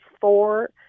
four